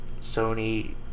Sony